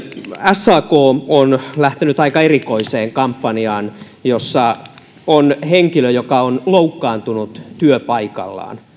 sak on lähtenyt aika erikoiseen kampanjaan jossa on henkilö joka on loukkaantunut työpaikallaan